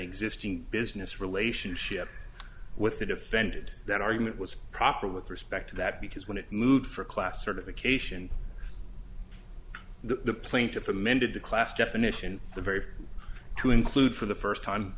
existing business relationship with the defended that argument was proper with respect to that because when it moved for class certification the plaintiff amended the class definition the very to include for the first time